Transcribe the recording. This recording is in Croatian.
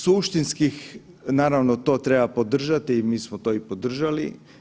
Suštinskih, naravno to treba podržati i mi smo to i podržali.